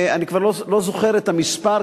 אני כבר לא זוכר את המספר,